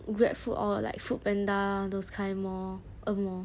grab food or like foodpanda those kind more earn more